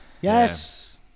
Yes